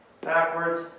Backwards